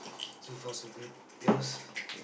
so fast so good yours